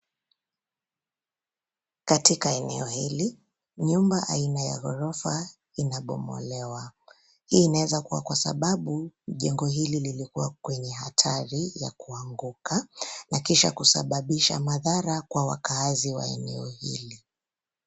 Katika eneo hili, nyumba aina ya ghorofa inabomolewa. Hii inaweza kuwa kwasababu jengo hili lilikuwa kwenye hatari ya kuanguka na kisha kusababisha madhara kwa wakaazi wa eneo hili.